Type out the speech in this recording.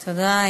תודה.